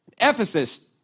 Ephesus